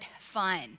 Fun